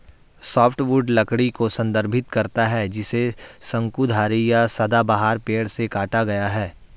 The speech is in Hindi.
सॉफ्टवुड लकड़ी को संदर्भित करता है जिसे शंकुधारी या सदाबहार पेड़ से काटा गया है